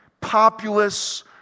populous